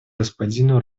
господину